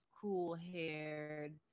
cool-haired